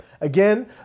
Again